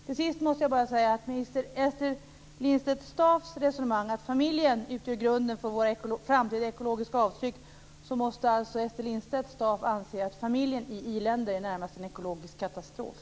Till sist måste jag bara säga något om Ester Lindstedt-Staafs resonemang om att familjen utgör grunden för våra framtida ekologiska avtryck. Ester Lindstedt-Staaf måste alltså anse att familjen i iländer är närmast en ekologisk katastrof.